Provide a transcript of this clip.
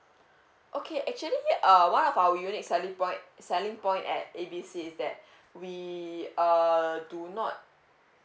okay actually uh one of our unique selling point selling point at A B C is that we uh do not